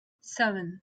seven